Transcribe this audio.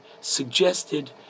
suggested